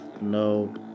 no